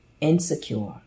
Insecure